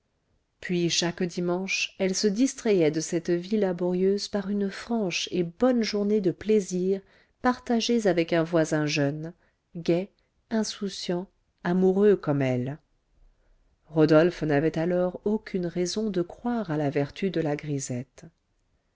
puis chaque dimanche elle se distrayait de cette vie laborieuse par une franche et bonne journée de plaisirs partagés avec un voisin jeune gai insouciant amoureux comme elle rodolphe n'avait alors aucune raison de croire à la vertu de la grisette